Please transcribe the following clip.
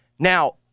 Now